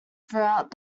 throughout